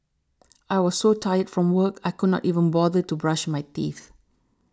I was so tired from work I could not even bother to brush my teeth